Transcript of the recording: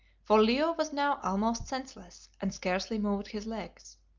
for leo was now almost senseless and scarcely moved his legs.